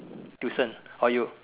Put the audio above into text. tuition or you